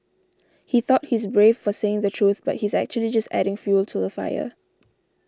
he thought he's brave for saying the truth but he's actually just adding fuel to the fire